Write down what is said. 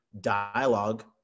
dialogue